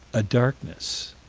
a darkness,